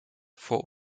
vor